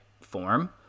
form